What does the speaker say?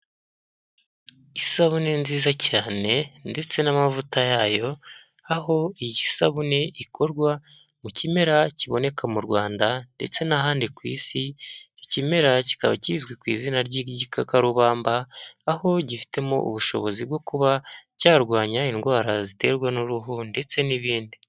Isabune nziza cyane ndetse n'amavuta yayo aho iyi sabune ikorwa mu kimera kiboneka mu Rwanda ndetse n'ahandi ku Isi ikimera kikaba kizwi ku izina ry'igikakarubamba aho gifitemo ubushobozi bwo kuba cyarwanya indwara ziterwa n'uruhu ndetse n'ibindi.